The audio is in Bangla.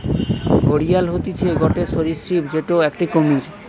ঘড়িয়াল হতিছে গটে সরীসৃপ যেটো একটি কুমির